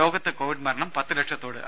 ലോകത്തെ കോവിഡ് മരണം പത്ത് ലക്ഷത്തോടടുത്തു